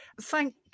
Thank